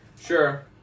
Sure